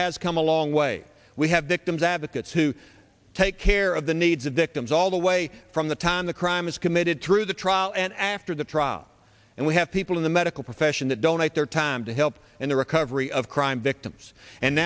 has come a long way we have victims advocates who take care of the needs of victims all the way from the time the crime was committed through the trial and after the trial and we have people in the medical profession that donate their time to help in the recovery of crime victims and